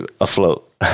afloat